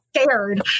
scared